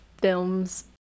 films